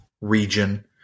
region